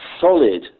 solid